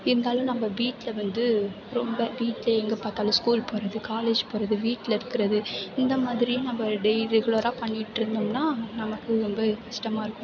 இருந்தாலும் நம்ம வீட்டில் வந்து ரொம்ப வீட்டில் எங்கே பார்த்தாலும் ஸ்கூல் போவது காலேஜ் போவது வீட்டில் இருக்கிறது இந்த மாதிரி நம்ம டெய்லி ரெகுலராக பண்ணிகிட்டு இருந்தோம்னால் நமக்கு வந்து கஷ்டமாக இருக்கும்